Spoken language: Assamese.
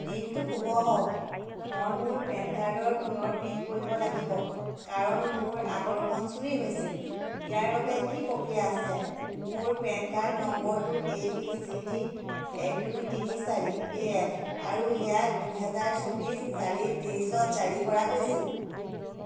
দিনটো শুভ হওক মই মোৰ পেন কাৰ্ডৰ পুনৰ প্ৰিণ্ট কৰিব লাগিব কাৰণ মোৰ আগৰখন চুৰি হৈছিল ইয়াৰ বাবে কি প্ৰক্ৰিয়া আছে মোৰ পেন কাৰ্ড নম্বৰটো এ বি চি ডি এক দুই তিনি চাৰি এ এফ আৰু ইয়াক দুহেজাৰ চৌবিছ চাৰি তেইছত জাৰী কৰা হৈছিল